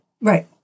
Right